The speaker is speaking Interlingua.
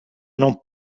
non